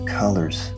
colors